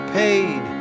paid